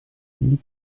nuit